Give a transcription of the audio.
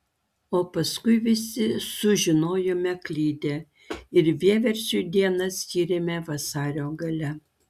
o paskui visi sužinojome klydę ir vieversiui dieną skyrėme vasario gale